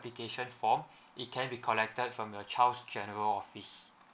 application form it can be collected from your child's general office